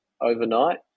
overnight